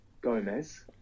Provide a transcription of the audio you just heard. Gomez